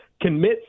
commit